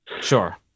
Sure